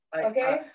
okay